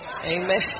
Amen